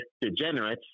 degenerates